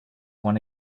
one